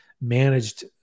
managed